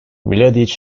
mladiç